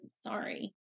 Sorry